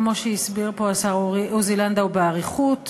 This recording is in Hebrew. כמו שהסביר פה השר עוזי לנדאו באריכות.